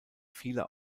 vieler